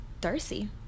Darcy